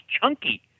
chunky